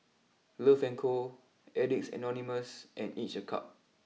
love Co Addicts Anonymous and Each a Cup